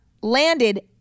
landed